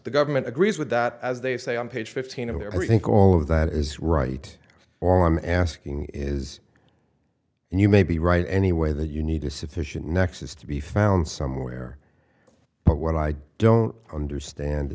the government agrees with that as they say on page fifteen and i think all of that is right all i'm asking is and you may be right anyway that you need a sufficient nexus to be found somewhere but what i don't understand